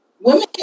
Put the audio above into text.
Women